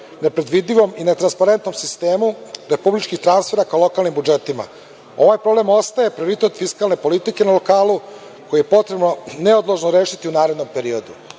nepredvidivom i netransparentnom sistemu republičkih transfera ka lokalnim budžetima. Ovaj problem ostaje prioritet fiskalne politike na lokalu koji je potrebno neodložno rešiti u narednom periodu.